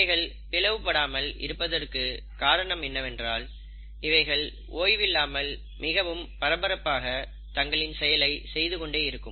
இவைகள் பிளவு படாமல் இருப்பதற்கு காரணம் என்னவென்றால் இவைகள் ஓய்வில்லாமல் மிகவும் பரபரப்பாக தங்களின் செயலை செய்து கொண்டே இருக்கும்